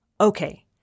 Okay